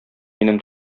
минем